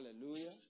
Hallelujah